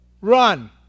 run